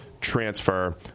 transfer